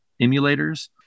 emulators